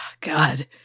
God